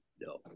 No